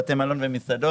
בתי מלון ומסעדות,